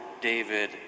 David